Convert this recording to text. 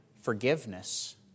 Forgiveness